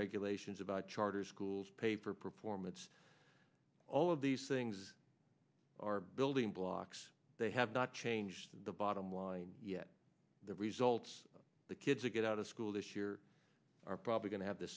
regulations about charter schools paper performance all of these things are building blocks they have not changed the bottom line yet the results the kids a get out of school this year are probably going to have the